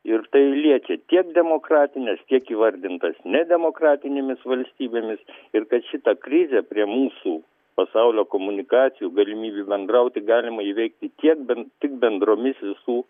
ir tai liečia tiek demokratines kiek įvardintas nedemokratinėmis valstybėmis ir kad šita krizė prie mūsų pasaulio komunikacijų galimybių bendrauti galima įveikti tiek bend tik bendromis visų